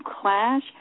clash